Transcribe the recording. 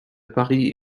paris